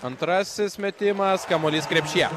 antrasis metimas kamuolys krepšyje